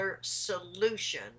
solution